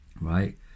Right